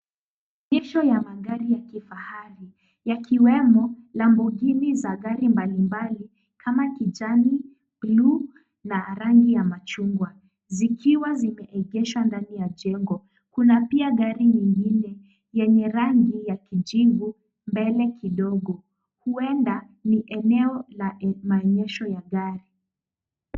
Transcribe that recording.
Section ya magari ya kifahari yakiwemo lamborghini za gari mbalimbali kama kijani, bluu na rangi ya machungwa zikiwa zimeegeshwa ndani ya jengo kuna pia gari nyingine yenye rangi ya kijivu mbele kidogo, huenda ni eneo la maonyesho ya gari.